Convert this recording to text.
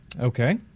Okay